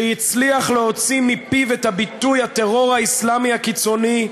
שהצליח להוציא מפיו את הביטוי: "הטרור האסלמי הקיצוני",